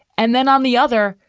and then on the other,